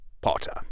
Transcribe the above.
Potter